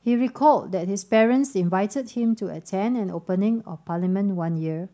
he recalled that his parents invited him to attend an opening of Parliament one year